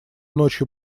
ночью